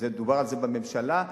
דובר על זה בממשלה,